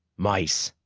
mice!